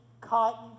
cotton